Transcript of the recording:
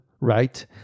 right